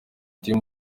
ateye